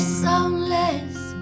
soundless